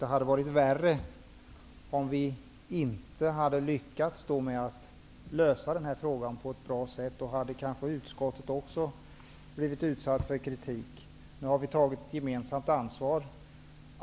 Det hade varit värre om vi inte hade lyckats med att klara av den här frågan på ett bra sätt. Då kanske utskottet också hade blivit utsatt för kritik. Nu har vi tagit ett gemensamt ansvar.